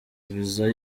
viza